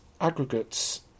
Aggregates